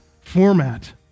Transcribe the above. format